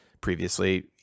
previously